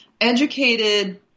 educated